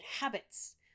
habits